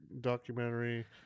documentary